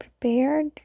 prepared